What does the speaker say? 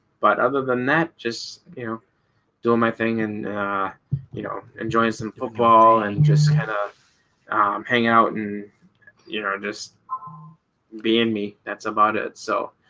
but other than that just doing my thing and you know enjoying some football and just kind of hanging out and you know just being me that's about it so?